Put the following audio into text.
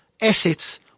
assets